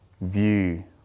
view